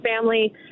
family